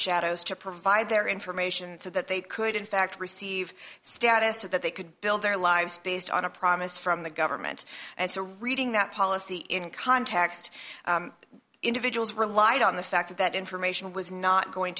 shadows to provide their information so that they could in fact receive status so that they could build their lives based on a promise from the government and to reading that policy in context individuals relied on the fact that that information was not going